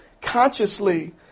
consciously